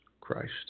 Christ